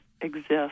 exist